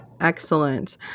excellent